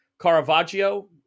Caravaggio